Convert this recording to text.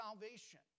salvation